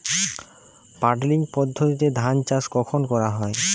Puddling পদ্ধতিতে ধান চাষ কখন করা হয়?